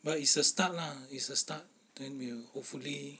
but it's a start lah it's a start then we'll hopefully